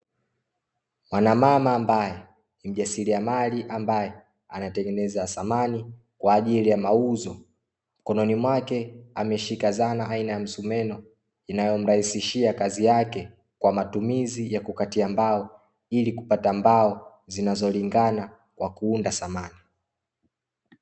Mwanamama ambaye ni mjasiriamali ambaye anatengeneza samani kwa ajili ya mauzo. Mkononi mwake ameshika dhana aina ya msumeno inayomrahisishia kazi yake kwa matumizi ya kukatia mbao, ili kupata mbao zinazolingana kwa kuunda samani.